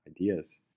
ideas